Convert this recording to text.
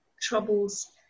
troubles